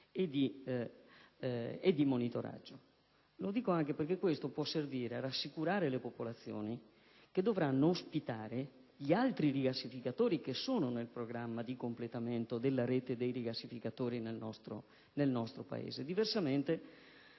e di monitoraggio. Lo dico anche perché questo può servire a rassicurare le popolazioni che dovranno ospitare gli altri rigassificatori che sono nel programma di completamento della rete dei rigassificatori nel nostro Paese; diversamente